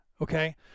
Okay